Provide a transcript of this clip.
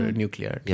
nuclear